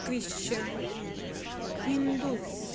christian hindus